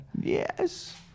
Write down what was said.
Yes